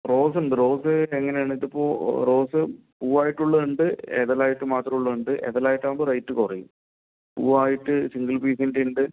rose ഉണ്ട് rose എങ്ങനെ ആണ് ഇത് ഇപ്പോൾ റോസ് പൂവ് ആയിട്ടുള്ളത് ഉണ്ട് ഇതളായിട്ട് മാത്രം ഉള്ളതും ഉണ്ട് ഇതളായിട്ട് ആകുമ്പോൾ റേറ്റ് കുറയും പൂവ് ആയിട്ട് സിംഗിൾ പീസിൻ്റെ ഉണ്ട്